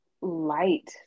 light